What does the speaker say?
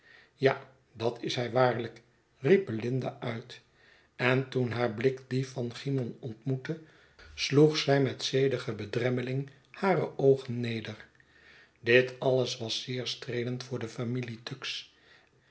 ja dat is hij waarlijk riep belinda uit en toen haar blik dien van cymon ontmoette sloeg zij met zedige bedremmeling hare oogen neder dit alles was zeer streelend voor de familie tuggs